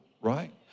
right